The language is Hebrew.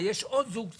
עוד אין עמדת ממשלה.